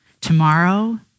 Tomorrow